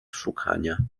szukania